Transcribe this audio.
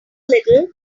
little